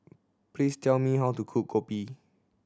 please tell me how to cook kopi